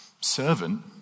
servant